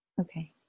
Okay